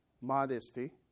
modesty